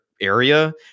area